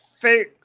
fake